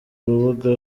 rubuga